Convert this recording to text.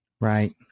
Right